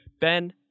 ben